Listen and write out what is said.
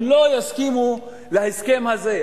הם לא יסכימו להסכם הזה.